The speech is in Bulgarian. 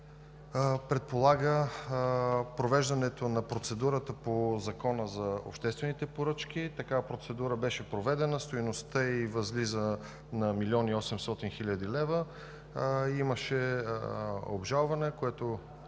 предполага провеждането на процедурата по Закона за обществените поръчки. Такава процедура беше проведена. Стойността ѝ възлиза на милион и 800 хил. лв. Имаше обжалване, което,